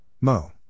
Mo